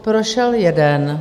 Prošel jeden.